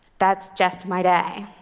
that's just my day.